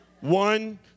One